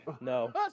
No